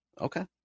Okay